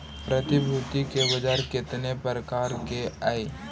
प्रतिभूति के बाजार केतने प्रकार के हइ?